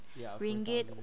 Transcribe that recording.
ringgit